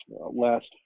last